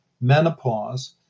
menopause